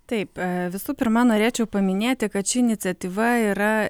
taip visų pirma norėčiau paminėti kad ši iniciatyva yra